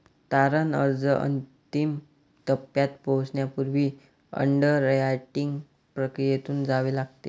तारण अर्ज अंतिम टप्प्यात पोहोचण्यापूर्वी अंडररायटिंग प्रक्रियेतून जावे लागते